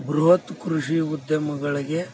ಬೃಹತ್ ಕೃಷಿ ಉದ್ಯಮಗಳಿಗೆ